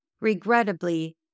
Regrettably